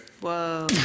Whoa